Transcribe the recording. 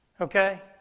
Okay